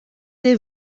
des